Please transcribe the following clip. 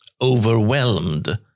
overwhelmed